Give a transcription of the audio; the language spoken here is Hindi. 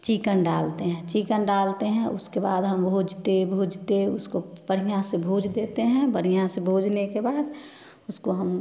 चिकन डालते हैं चिकन डालते हैं उसके बाद हम भूजते भूजते उसको बढ़ियाँ से भूज देते हैं बढ़ियाँ से भूजने के बाद उसको हम